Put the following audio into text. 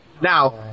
now